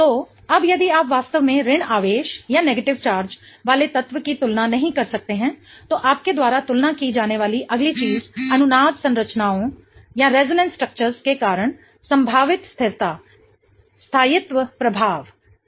तो अब यदि आप वास्तव में ऋण आवेश वाले तत्व की तुलना नहीं कर सकते हैं तो आपके द्वारा तुलना की जाने वाली अगली चीज अनुनाद संरचनाओं के कारण संभावित स्थिरता स्थायित्व प्रभाव है